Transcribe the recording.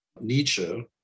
Nietzsche